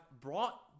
brought